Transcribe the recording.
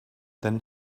than